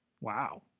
Wow